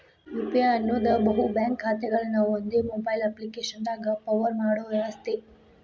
UPI ಅನ್ನೋದ್ ಬಹು bank ಖಾತೆಗಳನ್ನ ಒಂದೇ ಮೊಬೈಲ್ ಅಪ್ಪ್ಲಿಕೆಶನ್ಯಾಗ ಪವರ್ ಮಾಡೋ ವ್ಯವಸ್ಥೆ